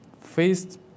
faced